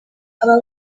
aba